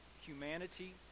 humanity